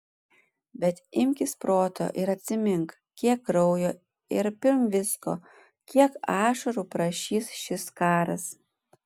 bet imkis proto ir atsimink kiek kraujo ir pirm viso kiek ašarų prašys šis karas